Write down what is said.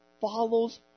follows